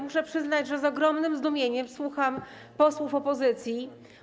Muszę przyznać, że z ogromnym zdumieniem słucham posłów opozycji.